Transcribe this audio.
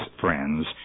friends